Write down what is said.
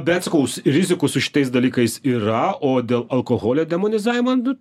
bet sakau rizikų su šitais dalykais yra o dėl alkoholio demonizavimo nu